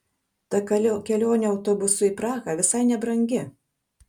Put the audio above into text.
ta kelionė autobusu į prahą visai nebrangi